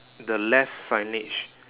the left signage